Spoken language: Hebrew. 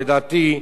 לדעתי.